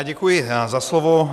Děkuji za slovo.